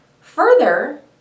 Further